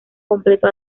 completo